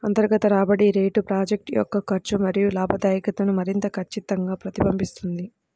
అంతర్గత రాబడి రేటు ప్రాజెక్ట్ యొక్క ఖర్చు మరియు లాభదాయకతను మరింత ఖచ్చితంగా ప్రతిబింబిస్తుంది